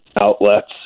outlets